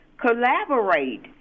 collaborate